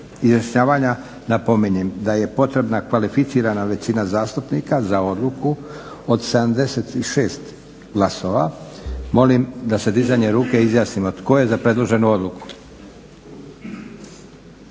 izjašnjavanja napominjem da je potrebna kvalificirana većina zastupnika za odluku od 76 glasova. Molim da se dizanjem ruke izjasnimo tko je za predloženu odluku?